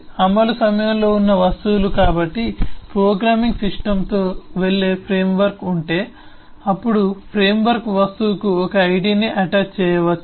అమలు సమయంలో ఉన్న వస్తువులు కాబట్టి ప్రోగ్రామింగ్ సిస్టమ్తో వెళ్లే ఫ్రేమ్వర్క్ ఉంటే అప్పుడు ఫ్రేమ్వర్క్ వస్తువుకు ఒక ఐడిని అటాచ్ చేయవచ్చా